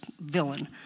villain